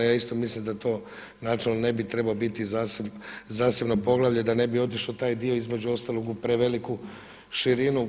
A ja isto mislim da to načelno ne bi trebao biti zasebno poglavlje da ne bi otišao taj dio između ostalog u preveliku širinu.